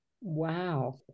Wow